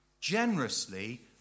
Generously